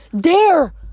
Dare